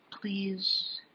please